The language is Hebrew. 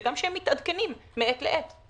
וגם שהם מתעדכנים מעת לעת.